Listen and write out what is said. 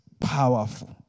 powerful